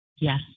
Yes